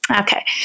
Okay